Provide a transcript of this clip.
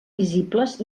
visibles